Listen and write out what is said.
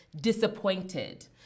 disappointed